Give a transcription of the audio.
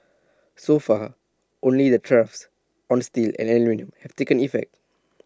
so far only the tariffs on steel and have taken effect